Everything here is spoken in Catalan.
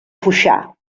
foixà